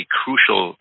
crucial